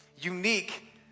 unique